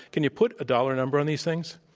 can you put a dollar number on these things?